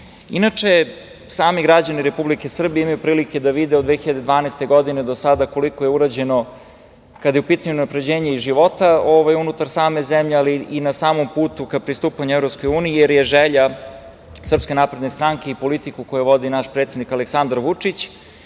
EU.Inače, sami građani Republike Srbije imaju prilike da vide od 2012. godine do sada koliko je urađeno kada je u pitanju unapređenje života unutar same zemlje, ali i na samom putu ka pristupanju EU, jer je želja SNS i politike koju vodi naš predsednik Aleksandar Vučić,